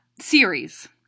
series